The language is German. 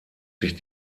sich